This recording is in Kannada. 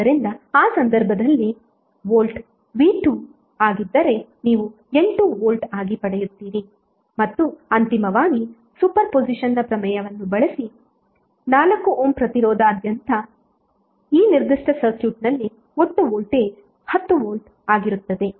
ಆದ್ದರಿಂದ ಆ ಸಂದರ್ಭದಲ್ಲಿ ವೋಲ್ಟ್ v2 ಆಗಿದ್ದರೆ ನೀವು 8 ವೋಲ್ಟ್ ಆಗಿ ಪಡೆಯುತ್ತೀರಿ ಮತ್ತು ಅಂತಿಮವಾಗಿ ಸೂಪರ್ ಪೊಸಿಷನ್ನ್ ಪ್ರಮೇಯವನ್ನು ಬಳಸಿ 4 ಓಮ್ ಪ್ರತಿರೋಧ ಆಧ್ಯಂತ ಈ ನಿರ್ದಿಷ್ಟ ಸರ್ಕ್ಯೂಟ್ನಲ್ಲಿ ಒಟ್ಟು ವೋಲ್ಟೇಜ್ 10 ವೋಲ್ಟ್ ಆಗಿರುತ್ತದೆ